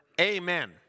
amen